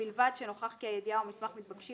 ובלבד שנוכח כי הידיעה או המסמך מתבקשים